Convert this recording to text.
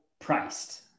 priced